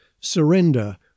Surrender